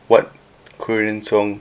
what korean song